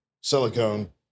Silicone